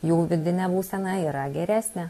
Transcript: jų vidinę būseną yra geresnė